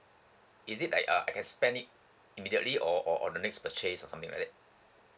is it like uh I can spend it immediately or or or the next purchase or something like that